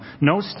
No